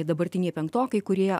dabartiniai penktokai kurie